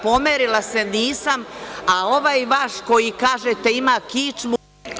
Pomerila se nisam, a ovaj vaš koji, kažete, ima kičmu…